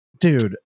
Dude